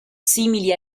simili